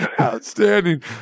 Outstanding